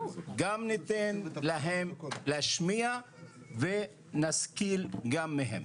גם ניתן להם להשמיע ונשכיל גם מהם.